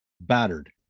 battered